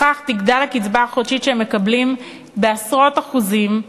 בכך תגדל הקצבה החודשית שהם מקבלים בעשרות אחוזים,